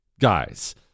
guys